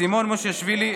סימון מושיאשוילי,